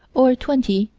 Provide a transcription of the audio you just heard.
or twenty,